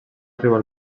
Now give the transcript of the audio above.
arribar